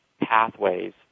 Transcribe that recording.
pathways